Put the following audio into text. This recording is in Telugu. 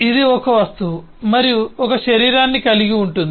ఇది ఒక వస్తువు మరియు ఒక శరీరాన్ని కలిగి ఉంటుంది